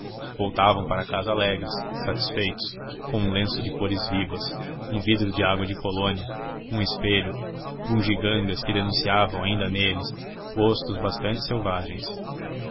voltavam para casa alegres satisfeitos com um lenço de cores vivas um vidro de água de colônia um espelho bugigangas que denunciavam ainda neles gostos bastantes selvagens